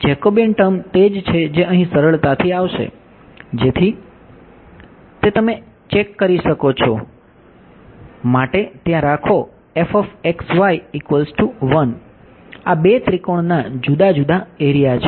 Jacobian term તે જ છે જે અહીં સરળતાથી આવશે જેથી ના જુદા જુદા એરિયા છે